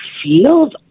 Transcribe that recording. Feels